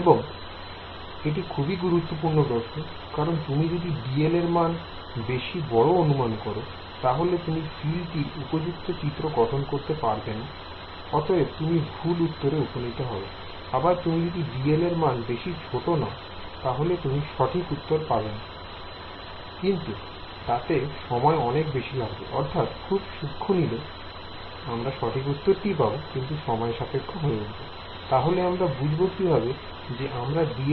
এবং এটি খুবই গুরুত্বপূর্ণ প্রশ্ন কারণ তুমি যদি dl এর মান বেশি বড় অনুমান করো তাহলে তুমি ফিল্ড টির উপযুক্ত চিত্র গঠন করতে পারছ না I অতএব তুমি ভুল উত্তরে উপনীত হবে I আবার তুমি যদি dl এর মান বেশি ছোট নাও তাহলে তুমি সঠিক উত্তর পাবে কিন্তু তাতে সময় বেশি লাগবে I তাহলে আমরা বুঝব কিভাবে যে আমরা dl এর মান সঠিক নিয়েছি